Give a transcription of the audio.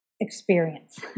experience